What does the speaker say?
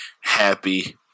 happy